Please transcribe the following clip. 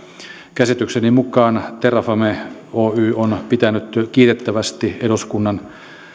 käsitykseni mukaan terrafame oy on pitänyt kiitettävästi eduskunnan